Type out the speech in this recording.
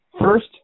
First